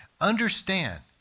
Understand